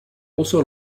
also